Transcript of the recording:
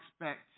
expect